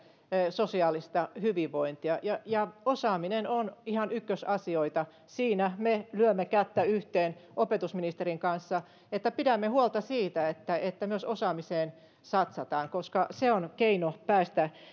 sosiaalista hyvinvointia ja ja osaaminen on ihan ykkösasioita siinä me lyömme kättä yhteen opetusministerin kanssa että pidämme huolta siitä että että myös osaamiseen satsataan koska se on keino päästä